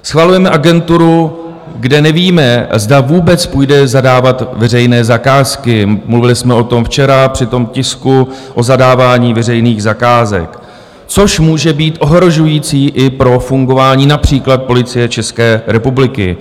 Schvalujeme agenturu, kde nevíme, zda vůbec půjde zadávat veřejné zakázky mluvili jsme o tom včera při tisku o zadávání veřejných zakázek což může být ohrožující i pro fungování například Policie České republiky.